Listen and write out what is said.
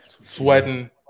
sweating